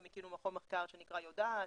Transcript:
גם הקימו מכון מחקר שנקרא 'יודעת',